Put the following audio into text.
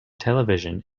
television